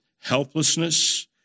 helplessness